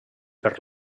per